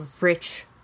rich